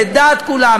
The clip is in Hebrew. לדעת כולם,